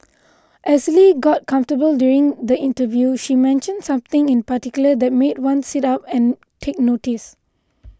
as Lee got comfortable during the interview she mentioned something in particular that made one sit up and take notice